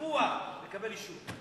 משבוע לקבל אישור.